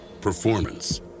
performance